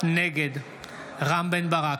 נגד רם בן ברק,